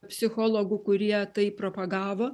psichologų kurie tai propagavo